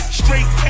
straight